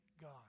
God